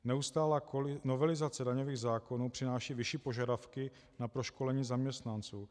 Neustálá novelizace daňových zákonů přináší vyšší požadavky na proškolení zaměstnanců.